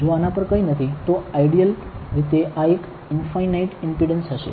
જો આના પર કંઈ નથી તો આઇડિયલ રીતે આ એક ઇનફાઈનાઈટ ઇમ્પિડન્સ હશે